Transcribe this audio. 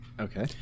okay